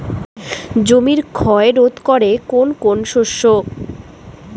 জমির ক্ষয় রোধ করে কোন কোন শস্য?